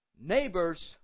neighbor's